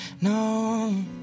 no